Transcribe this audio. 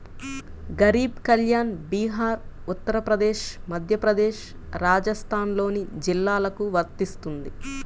గరీబ్ కళ్యాణ్ బీహార్, ఉత్తరప్రదేశ్, మధ్యప్రదేశ్, రాజస్థాన్లోని జిల్లాలకు వర్తిస్తుంది